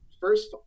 first